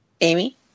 Amy